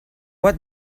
what